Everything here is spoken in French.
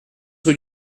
rue